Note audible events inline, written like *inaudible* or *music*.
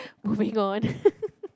moving on *laughs*